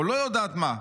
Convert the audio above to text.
או לא יודעת מה.